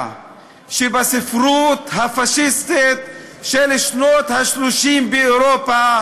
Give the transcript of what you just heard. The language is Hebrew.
שבספרות הפאשיסטית של שנות ה-30 באירופה,